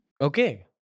Okay